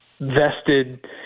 vested